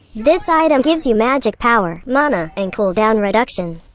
this item gives you magic power, mana, and cool down reduction.